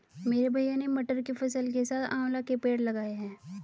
मेरे भैया ने मटर की फसल के साथ आंवला के पेड़ लगाए हैं